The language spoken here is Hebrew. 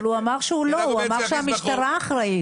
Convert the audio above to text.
אבל הוא אמר שהוא לא, הוא אמר שהמשטרה אחראית.